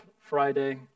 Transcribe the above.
Friday